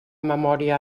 memòria